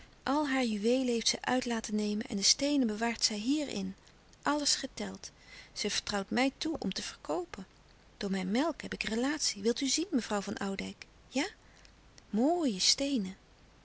al haar juweelen heeft zij uit laten nemen en de steenen bewaart zij hier in alles geteld zij vertrouwt mij toe om te verkoopen door mijn melk heb ik relatie wil u zien mevrouw van oudijck ja moie steenen